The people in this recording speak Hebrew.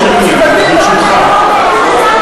ברשותך,